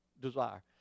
desire